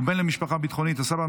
הוא בן למשפחה ביטחונית: הסבא,